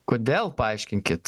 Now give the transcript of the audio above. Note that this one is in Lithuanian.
kodėl paaiškinkit